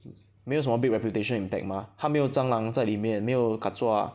没有什么 big reputation impact mah 它没有蟑螂在里面没有 ka zua